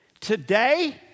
Today